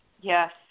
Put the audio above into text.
yes